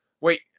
Wait